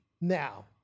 Now